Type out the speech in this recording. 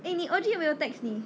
eh 你 O_G 有没有 text 你